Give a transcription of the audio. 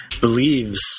believes